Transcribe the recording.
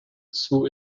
through